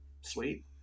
Sweet